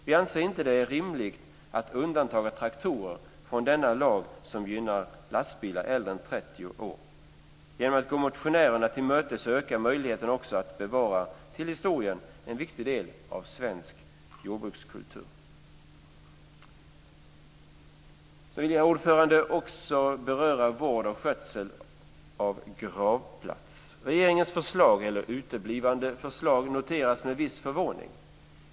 Vi anser det inte vara rimligt att undanta traktorer från denna lag som gynnar lastbilar äldre än 30 år. Genom att gå motionärerna till mötes ökar möjligheterna att bevara till historien en viktig del av svensk jordbrukskultur. Jag vill också beröra vård och skötsel av gravplats. Regeringens förslag, eller uteblivande förslag, noteras med viss förvåning.